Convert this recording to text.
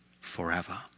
forever